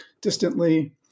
distantly